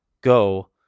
Go